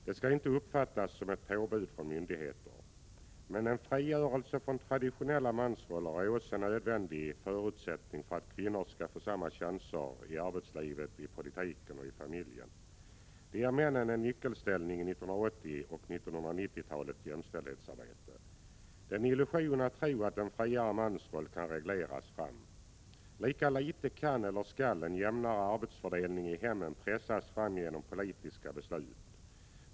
Den skall inte uppfattas som ett påbud från myndigheter. Men en frigörelse från traditionella mansroller är också en nödvändig förutsättning för att kvinnorna skall få samma chanser i arbetslivet, i politiken och i familjen. Det ger männen en nyckelställning i 1980 och 1990-talens jämställdhetsarbete. Det är en illusion att tro att en friare mansroll kan regleras fram. Lika litet kan eller skall en jämnare arbetsfördelning i hemmen pressas fram genom politiska beslut.